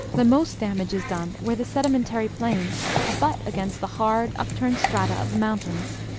the most damage is done where the sedimentary plains abut against the hard, upturned strata of the mountains.